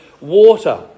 water